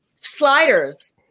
Sliders